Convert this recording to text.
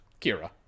Kira